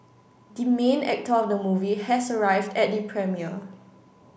the main actor of the movie has arrived at the premiere